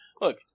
Look